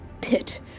pit